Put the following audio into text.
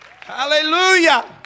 Hallelujah